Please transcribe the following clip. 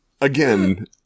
Again